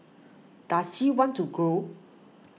does he want to grow